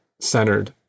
centered